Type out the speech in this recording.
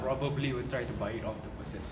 probably will try to buy it off the person ah